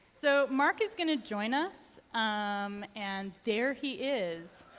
so, mark is going to join us um and there he is.